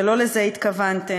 שלא לזה התכוונתם.